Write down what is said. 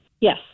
Yes